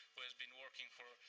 who has been working for